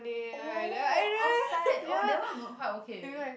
oh outside oh that one I'm uh quite okay with it